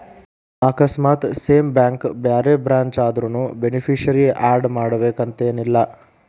ಆಕಸ್ಮಾತ್ same bank ಬ್ಯಾರೆ branch ಆದ್ರುನೂ ಬೆನಿಫಿಸಿಯರಿ ಆಡ್ ಮಾಡಬೇಕನ್ತೆನಿಲ್ಲಾ